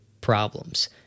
problems